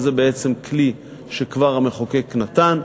וזה בעצם כלי שהמחוקק כבר נתן.